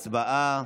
הצבעה.